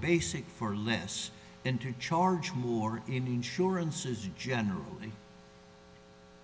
basic for less and to charge more insurances generally